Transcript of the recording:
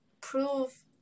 prove